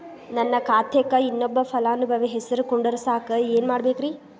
ನನ್ನ ಖಾತೆಕ್ ಇನ್ನೊಬ್ಬ ಫಲಾನುಭವಿ ಹೆಸರು ಕುಂಡರಸಾಕ ಏನ್ ಮಾಡ್ಬೇಕ್ರಿ?